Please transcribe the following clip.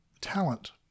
talent